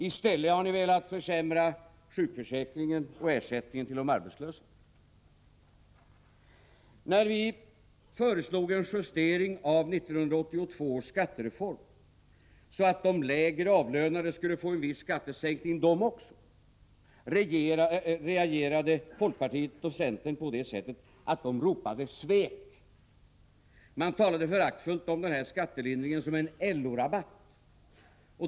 I stället har ni velat försämra sjukförsäkringen och ersättningen till de arbetslösa. När vi föreslog en justering av 1982 års skattereform, så att de som var lägre avlönade skulle få en viss skattesänkning de också, reagerade folkpartiet och centern på det sättet att de ropade ”svek”. Man talade föraktfullt om denna skattelindring som en LO-rabatt.